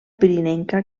pirinenca